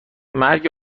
مرگ